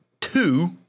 two